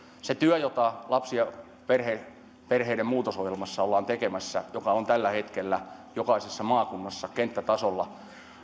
se työ jota lapsi ja perhepalveluiden muutosohjelmassa ollaan tekemässä jonka valmistelu on menossa tällä hetkellä jokaisessa maakunnassa kenttätasolla